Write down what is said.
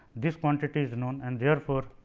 this quantity is known and therefore,